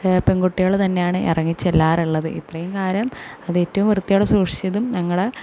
പെൺകുട്ടികൾ തന്നെയാണ് ഇറങ്ങി ചെല്ലാറുള്ളത് ഇത്രയും കാലം അതേറ്റവും വൃത്തിയോടെ സൂക്ഷിച്ചതും ഞങ്ങൾ